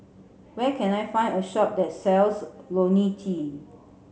where can I find a shop that sells Lonil T